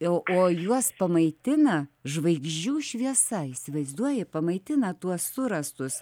o o juos pamaitina žvaigždžių šviesa įsivaizduoji pamaitina tuos surastus